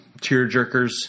tear-jerkers